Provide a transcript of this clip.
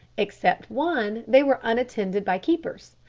except one, they were unattended by keepers,